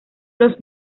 los